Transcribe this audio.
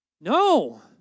No